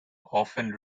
often